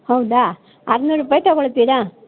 ಹೌದಾ ಆರ್ನೂರು ರೂಪಾಯಿ ತಗೊಳ್ತೀರ